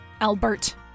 Albert